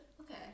okay